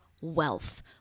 wealth